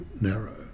narrow